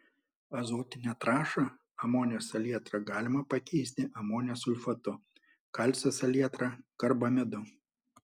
azotinę trąšą amonio salietrą galima pakeisti amonio sulfatu kalcio salietra karbamidu